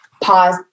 Pause